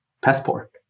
passport